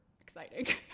exciting